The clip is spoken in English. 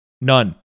None